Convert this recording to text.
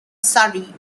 surrey